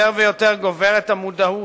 יותר ויותר גוברת המודעות,